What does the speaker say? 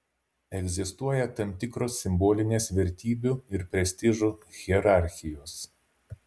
egzistuoja tam tikros simbolinės vertybių ir prestižų hierarchijos